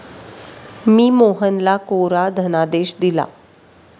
मी मोहनला कोरा धनादेश दिला